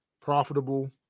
profitable